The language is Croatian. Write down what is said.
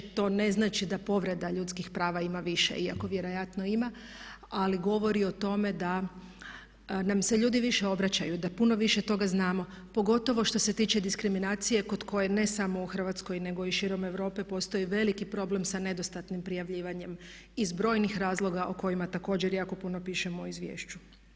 To ne znači da povreda ljudskih prava ima više, iako vjerojatno ima ali govori o tome da nam se ljudi više obraćaju, da puno više toga znamo pogotovo što se tiče diskriminacije kod koje ne samo u Hrvatskoj nego i širom Europe postoji veliki problem sa nedostatnim prijavljivanjem iz brojnih razloga o kojima također jako puno pišemo u izvješću.